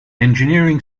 engineering